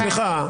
סליחה.